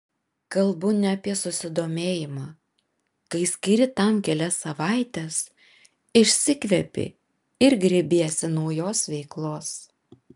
kalbu ne apie susidomėjimą kai skiri tam kelias savaites išsikvepi ir grėbiesi naujos veiklos